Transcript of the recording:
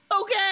okay